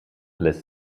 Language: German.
lässt